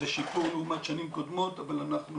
זה שיפור לעומת שנים קודמות אבל אנחנו